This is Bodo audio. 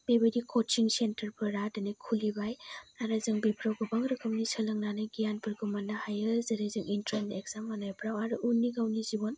बे बायदि कचिं सेन्टारफोरा दोनै खुलिबाय आरो जों बेफ्राव गोबां रोखोमनि सोलोंनानै गियान फोरखौ मोन्नो हायो जेरै जों इन्ट्रेन्स इग्जाम होनायफ्राव आरो उननि गावनि जिबन